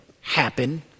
happen